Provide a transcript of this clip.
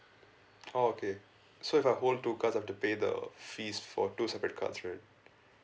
oh okay so if I hold two cards I have to pay the fees for two separate cards right